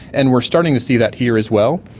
and we're starting to see that here as well,